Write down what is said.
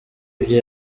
ibyo